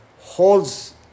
holds